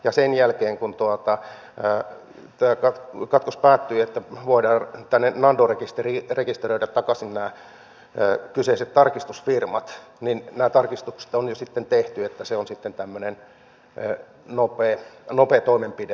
ja sen jälkeen kun katkos päättyy että voidaan tänne nando rekisteriin rekisteröidä takaisin nämä kyseiset tarkistusfirmat nämä tarkistukset on jo sitten tehty eli se on sitten tämmöinen nopea toimenpide